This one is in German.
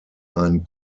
ein